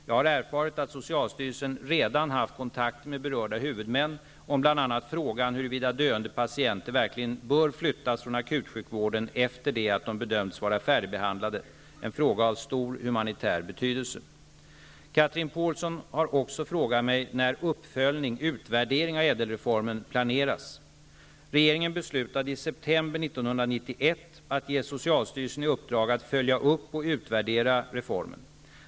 Jag har erfarit att socialstyrelsen redan haft kontakter med berörda huvudmän om bl.a. frågan huruvida döende patienter verkligen bör flyttas från akutsjukvården efter det att de bedömts vara färdigbehandlade -- en fråga av stor humanitär betydelse. Chatrine Pålsson har också frågat mig när uppföljning/utvärdering av ÄDEL-reformen planeras. Regeringen beslutade i september 1991 att ge socialstyrelsen i uppdrag att följa upp och utvärdera reformen.